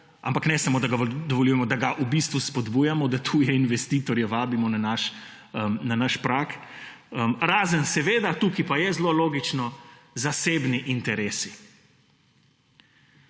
ampak ne samo da ga dovoljujemo, da ga v bistvu spodbujamo, da tuje investitorje vabimo na naš prag, razen seveda, tukaj pa je zelo logično, zasebni interesi.